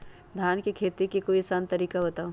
धान के खेती के कोई आसान तरिका बताउ?